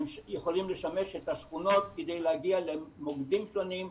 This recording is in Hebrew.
יכולים לשמש את השכונות כדי להגיע למוקדים שונים להביא,